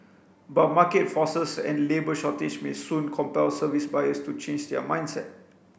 but market forces and labour shortage may soon compel service buyers to change their mindset